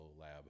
lab